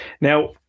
Now